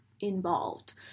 involved